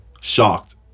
shocked